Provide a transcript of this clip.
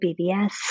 BBS